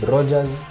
Rogers